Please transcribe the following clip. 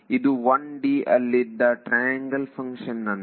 ಇದು 1D ಅಲ್ಲಿದ್ದ triangle function ನಂತೆ